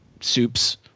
soups